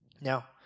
Now